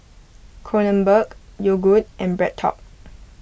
Kronenbourg Yogood and BreadTalk